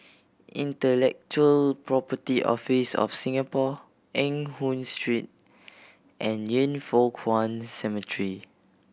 Intellectual Property Office of Singapore Eng Hoon Street and Yin Foh Kuan Cemetery